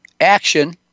action